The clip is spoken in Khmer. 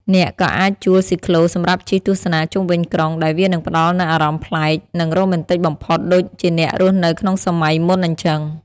អ្នកក៏អាចជួលស៊ីក្លូសម្រាប់ជិះទស្សនាជុំវិញក្រុង ដែលវានឹងផ្តល់នូវអារម្មណ៍ប្លែក និងរ៉ូមែនទិកបំផុតដូចជាអ្នករស់នៅក្នុងសម័យមុនអញ្ចឹង។